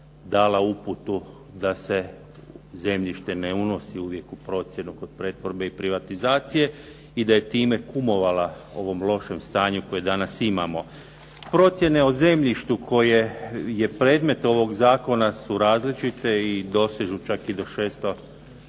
dala uputu da se zemljište ne unosi uvijek u procjenu kod pretvorbe i privatizacije i da je time kumovala ovom lošem stanju kojem danas imamo. Procjene o zemljištu koje je predmet ovog zakona su različite i dosežu čak i do 600